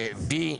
כשלי,